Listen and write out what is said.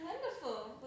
Wonderful